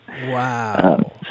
Wow